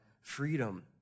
freedom